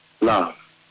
love